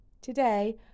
Today